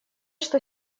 что